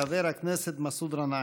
חבר הכנסת מסעוד גנאים.